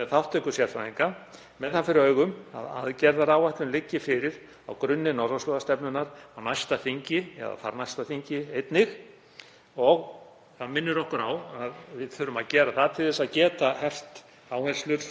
með þátttöku sérfræðinga með það fyrir augum að aðgerðaáætlun liggi fyrir á grunni norðurslóðastefnunnar á næsta þingi eða þarnæsta. Það minnir okkur á að við þurfum að gera það til að geta hert áherslur